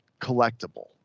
collectible